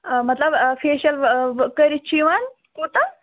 مطلب فیشَل کٔرِتھ چھِ یِوان کوٗتاہ